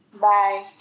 Bye